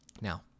Now